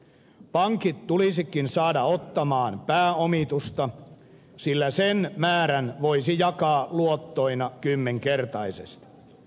pankit tulisikin saada ottamaan pääomitusta sillä sen määrän voisi jakaa luottoina kymmenkertaisesti